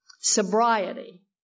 sobriety